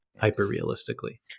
hyper-realistically